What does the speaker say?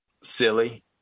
silly